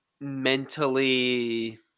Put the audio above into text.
mentally